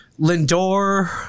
Lindor